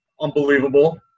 unbelievable